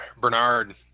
Bernard